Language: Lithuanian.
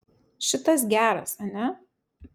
šitas geras ane